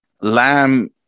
Lamb